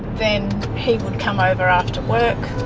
then he would come over after work